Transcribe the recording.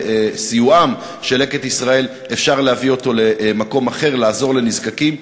בסיוע של "לקט ישראל" אפשר להביא אותו למקום אחר ולעזור לנזקקים.